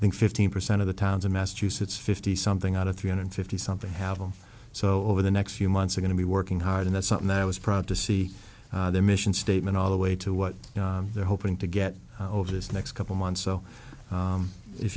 i think fifteen percent of the towns in massachusetts fifty something out of three hundred fifty something have them so over the next few months are going to be working hard and that's something that i was proud to see their mission statement all the way to what they're hoping to get over this next couple months so